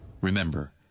Remember